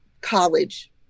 college